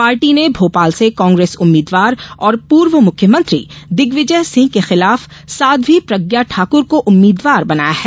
party ने भोपाल से कांग्रेस उम्मीदवार और पूर्व मुख्यमंत्री दिग्विजय सिंह के खिलाफ साध्यी प्रज्ञा ठाकर को उम्मीदवार बनाया है